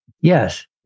Yes